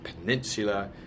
peninsula